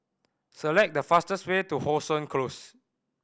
select the fastest way to How Sun Close